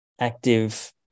active